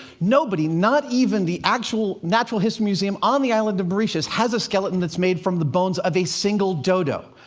nobody not even the actual natural history museum on the island of mauritius has a skeleton that's made from the bones of a single dodo.